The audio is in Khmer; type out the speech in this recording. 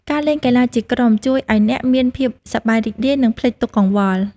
ការលេងកីឡាជាក្រុមជួយឱ្យអ្នកមានភាពសប្បាយរីករាយ និងភ្លេចទុក្ខកង្វល់។